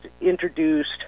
introduced